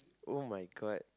[oh]-my-god